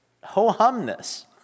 ho-humness